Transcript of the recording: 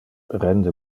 rende